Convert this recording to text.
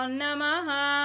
namaha